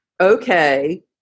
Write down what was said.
okay